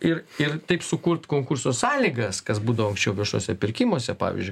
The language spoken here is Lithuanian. ir ir taip sukurt konkurso sąlygas kas būdavo anksčiau viešuose pirkimuose pavyzdžiui